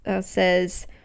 says